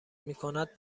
میکند